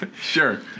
Sure